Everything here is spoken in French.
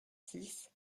six